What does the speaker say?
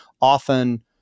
often